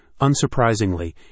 Unsurprisingly